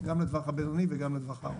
גם לטווח הבינוני וגם לטווח הארוך.